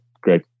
great